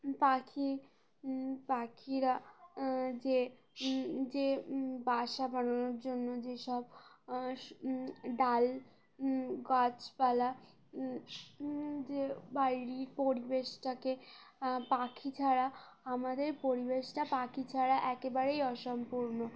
পাখি পাখিরা যে যে বাসা বানানোর জন্য যেসব ডাল গাছপালা যে বাড়ির পরিবেশটাকে পাখি ছাড়া আমাদের পরিবেশটা পাখি ছাড়া একেবারেই অসম্পূর্ণ